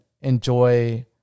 enjoy